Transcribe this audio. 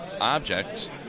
objects